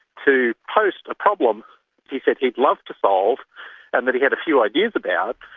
to post a problem he said he'd love to solve and that he had a few ideas about,